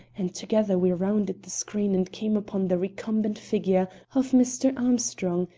and together we rounded the screen and came upon the recumbent figure of mr. armstrong,